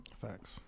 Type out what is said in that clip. Facts